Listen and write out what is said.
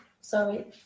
Sorry